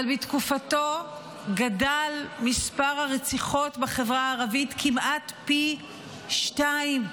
אבל בתקופתו גדל מספר הרציחות בחברה הערבית כמעט פי שניים.